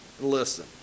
listen